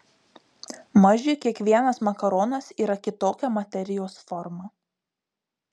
mažiui kiekvienas makaronas yra kitokia materijos forma